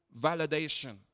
validation